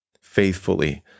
faithfully